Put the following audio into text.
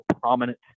prominent